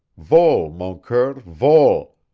vole, mon coeur, vole!